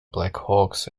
blackhawks